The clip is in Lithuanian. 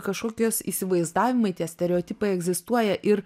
kažkokios įsivaizdavimai tie stereotipai egzistuoja ir